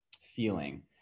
feeling